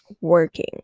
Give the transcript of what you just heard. working